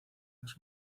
las